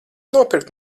nopirkt